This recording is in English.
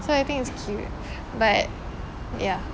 so I think it's cute but ya